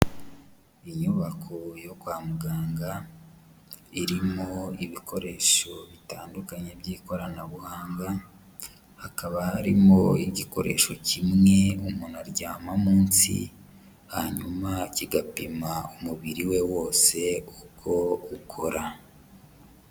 Inyubako yo kwa muganga irimo ibikoresho bitandukanye by'ikoranabuhanga, hakaba harimo igikoresho kimwe umuntu aryama munsi hanyuma kigapima umubiri we wose uko ukora.